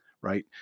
right